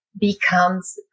becomes